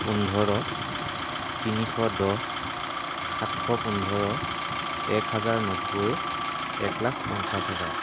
পোন্ধৰ তিনিশ দহ সাতশ পোন্ধৰ এক হাজাৰ নব্বৈ এক লাখ পঞ্চাশ হাজাৰ